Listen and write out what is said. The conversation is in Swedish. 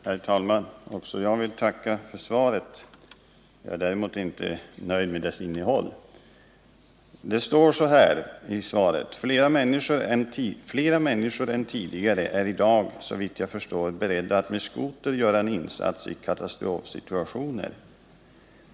Herr talman! Också jag vill tacka för svaret. Jag är däremot inte nöjd med dess innehåll. Det heter i svaret: ”Flera människor än tidigare är i dag, såvitt jag förstår, beredda att med skoter göra en insats i katastrofsituationer.